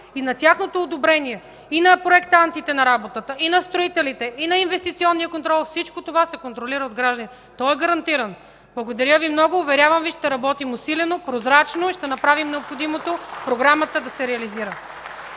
на тяхното одобрение, на работата на проектантите, строителите и на инвестиционния контрол – всичко това се контролира от гражданите. Той е гарантиран. Благодаря Ви много. Уверявам Ви, че ще работим усилено, прозрачно и ще направим необходимото Програмата да се реализира.